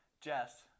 Jess